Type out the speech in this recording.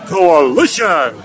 Coalition